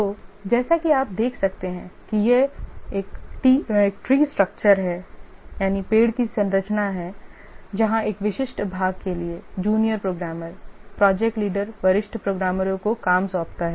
तो जैसा कि आप देख सकते हैं कि यह पेड़ की संरचना यानी है जहां एक विशिष्ट भाग के लिए जूनियर प्रोग्रामर प्रोजेक्ट लीडर वरिष्ठ प्रोग्रामरों को काम सौंपता है